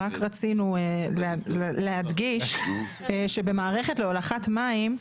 רק רצינו להדגיש שבמערכת להולכת מים,